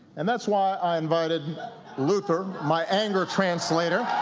and that's why i invited luther, my anger translator,